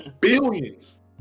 Billions